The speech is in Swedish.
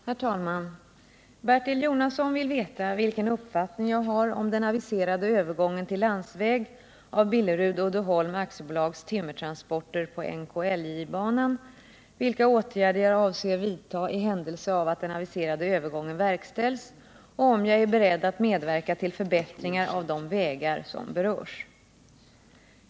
Herr talman! Bertil Jonasson vill veta vilken uppfattning jag har om den aviserade övergången till landsväg av Billerud-Uddeholm AB:s timmertransporter på NKIJ-banan, vilka åtgärder jag avser vidta i händelse av att den aviserade övergången verkställs och om jag är beredd att medverka till förbättringar av de vägar som berörs.